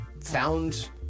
found